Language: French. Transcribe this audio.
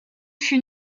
fut